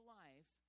life